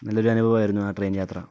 നല്ലൊരു അനുഭവമായിരുന്നു ആ ട്രെയിൻ യാത്ര